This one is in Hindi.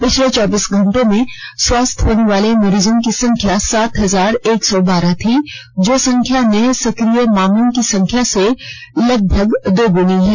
पिछले चौबीस घंटों में स्वस्थ होने वाले मरीजों की संख्या सात हजार एक सौ बारह थी जो संख्या नये सक्रिय मामले की संख्या से लगभग दोगुनी है